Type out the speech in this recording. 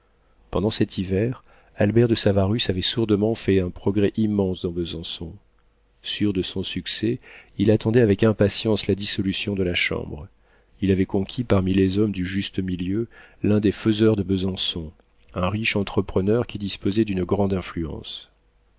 pendant cet hiver albert de savarus avait sourdement fait un progrès immense dans besançon sûr de son succès il attendait avec impatience la dissolution de la chambre il avait conquis parmi les hommes du juste-milieu l'un des faiseurs de besançon un riche entrepreneur qui disposait d'une grande influence